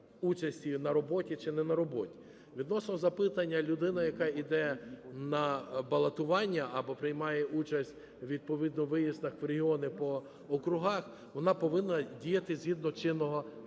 участі на роботі чи не на роботі. Відносно запитання людини, яка іде на балотування або приймає участь відповідно у виїздах в регіони по округах, вона повинна діяти згідно чинного